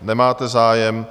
Nemáte zájem.